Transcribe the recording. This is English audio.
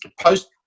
post